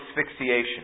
asphyxiation